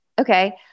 okay